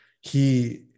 he-